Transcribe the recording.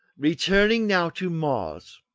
returning now to mars,